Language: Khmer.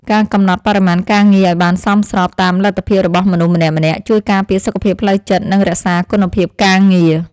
ការកំណត់បរិមាណការងារឱ្យបានសមស្របតាមលទ្ធភាពរបស់មនុស្សម្នាក់ៗ ជួយការពារសុខភាពផ្លូវចិត្តនិងរក្សាគុណភាពការងារ។